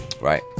right